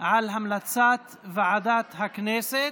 על הצעת ועדת הכנסת.